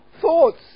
thoughts